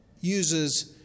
uses